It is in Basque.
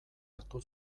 hartu